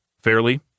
fairly